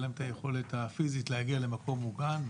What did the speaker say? להם את היכולת הפיזית להגיע למקום מוגן,